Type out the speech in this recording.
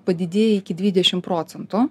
padidėja iki dvidešim procentų